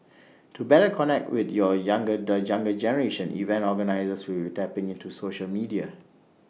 to better connect with your younger the younger generation event organisers will be tapping into social media